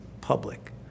public